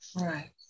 Right